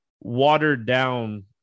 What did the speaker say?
watered-down